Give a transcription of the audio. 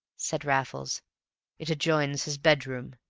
said raffles it adjoins his bedroom.